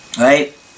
Right